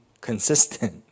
consistent